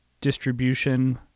distribution